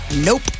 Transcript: nope